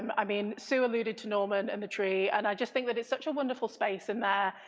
um i mean, sue alluded to norman and the tree, and i just think but it's such a wonderful space in there,